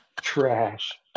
Trash